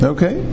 Okay